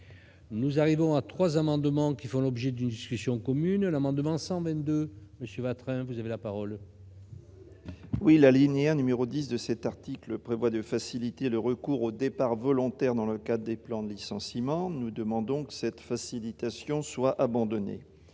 nous arrivons à 3 amendements qui font l'objet d'une discussion commune, devançant même de monsieur Vatrin, vous avez la parole. Oui, la lignée numéro 10 de cette article prévoit de faciliter le recours au départ volontaire dans le cas des plans de licenciements, nous demandons que cette facilitation soit abandonnée